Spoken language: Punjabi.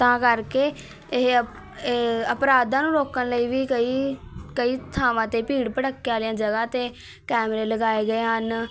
ਤਾਂ ਕਰਕੇ ਇਹ ਇਹ ਅਪਰਾਧਾਂ ਨੂੰ ਰੋਕਣ ਲਈ ਵੀ ਕਈ ਕਈ ਥਾਵਾਂ 'ਤੇ ਭੀੜ ਭੜੱਕੇ ਵਾਲੀਆਂ ਜਗ੍ਹਾ 'ਤੇ ਕੈਮਰੇ ਲਗਾਏ ਗਏ ਹਨ